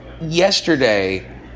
Yesterday